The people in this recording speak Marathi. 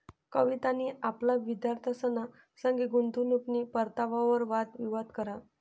कवितानी आपला विद्यार्थ्यंसना संगे गुंतवणूकनी परतावावर वाद विवाद करा